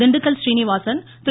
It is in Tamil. திண்டுக்கல் சீனிவாசன் திரு